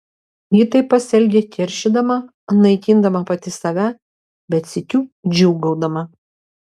ji taip pasielgė keršydama naikindama pati save bet sykiu džiūgaudama